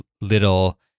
little